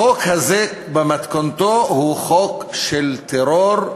החוק הזה במתכונתו הוא חוק של טרור,